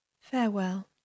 Farewell